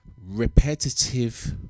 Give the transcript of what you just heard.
repetitive